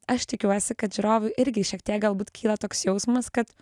aš tikiuosi kad žiūrovui irgi šiek tiek galbūt kyla toks jausmas kad